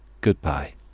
goodbye